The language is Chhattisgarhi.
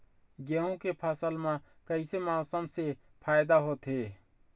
गेहूं के फसल म कइसे मौसम से फायदा होथे?